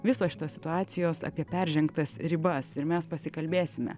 visos šitos situacijos apie peržengtas ribas ir mes pasikalbėsime